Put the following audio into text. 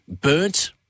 burnt